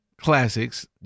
classics